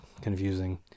confusing